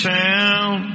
town